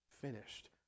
finished